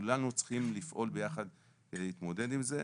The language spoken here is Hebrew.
כולנו צריכים לפעול ביחד על מנת להתמודד עם זה.